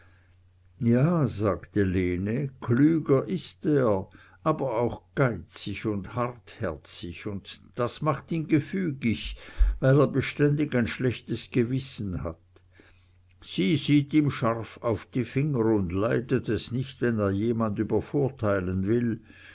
ja sagte lene klüger ist er aber auch geizig und hartherzig und das macht ihn gefügig weil er beständig ein schlechtes gewissen hat sie sieht ihm scharf auf die finger und leidet es nicht wenn er jemand übervorteilen will